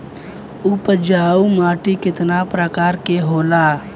उपजाऊ माटी केतना प्रकार के होला?